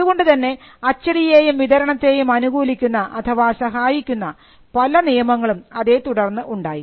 അതുകൊണ്ടുതന്നെ അച്ചടിയേയും വിതരണത്തെയും അനുകൂലിക്കുന്ന അഥവാ സഹായിക്കുന്ന പല നിയമങ്ങളും അതേത്തുടർന്ന് ഉണ്ടായി